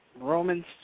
Romans